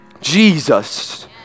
Jesus